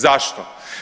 Zašto?